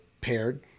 paired